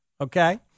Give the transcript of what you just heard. okay